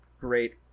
great